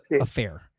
affair